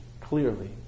clearly